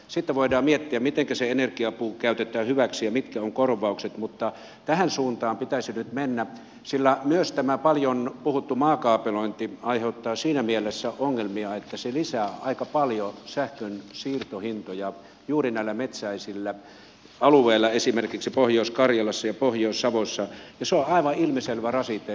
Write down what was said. sitten voidaan miettiä mitenkä se energiapuu käytetään hyväksi ja mitkä ovat korvaukset mutta tähän suuntaan pitäisi nyt mennä sillä myös tämä paljon puhuttu maakaapelointi aiheuttaa siinä mielessä ongelmia että se lisää aika paljon sähkön siirtohintoja juuri näillä metsäisillä alueilla esimerkiksi pohjois karjalassa ja pohjois savossa ja se on aivan ilmiselvä rasite yritystoiminnalle